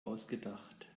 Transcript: ausgedacht